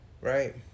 right